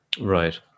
Right